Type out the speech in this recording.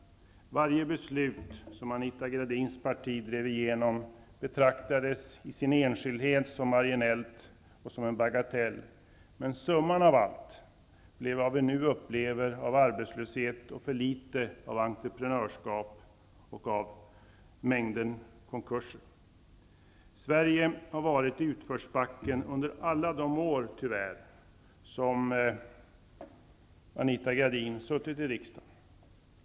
Varje beslut som Anita Gradins parti drev igenom betraktades i sin enskildhet som marginellt och som en bagatell. Men summan av allt detta blev det vi nu upplever av arbetslöshet och för litet av entreprenörsskap samt den mängd konkurser som nu sker. Sverige har tyvärr varit i utförsbacken under alla de år som Anita Gradin suttit i riksdagen.